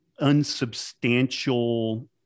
unsubstantial